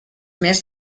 més